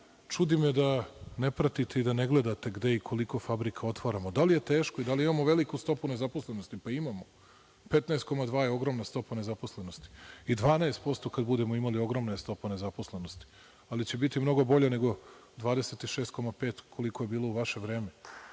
me da ne gledate i da ne pratite i gde i koliko fabrika otvaramo. Da li je teško i da li imamo veliku stopu nezaposlenosti? Imamo, 15,2% je ogromna stopa nezaposlenosti, i 12% kada budemo imali, ogromna je stopa nezaposlenosti, ali će biti mnogo bolje nego 26,5%, koliko je bilo u vaše vreme.